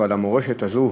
המורשת הזאת,